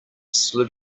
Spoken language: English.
slid